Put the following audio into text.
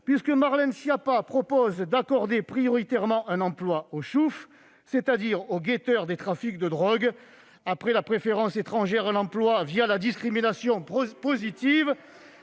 puisque Marlène Schiappa propose d'accorder prioritairement un emploi aux « choufs », c'est-à-dire aux guetteurs des réseaux de trafic de drogue. Après la préférence donnée aux étrangers pour l'emploi la discrimination positive,